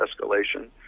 escalation